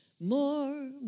more